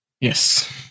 Yes